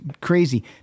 crazy